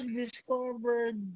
discovered